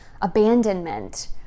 abandonment